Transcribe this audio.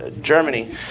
Germany